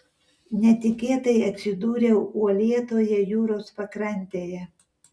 netikėtai atsidūriau uolėtoje jūros pakrantėje